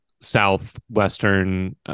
southwestern